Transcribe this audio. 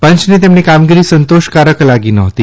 પંચને તેમની કામગીરી સંતોષકારક લાગી નહોતી